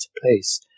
place